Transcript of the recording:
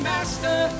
Master